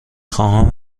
خواهم